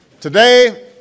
Today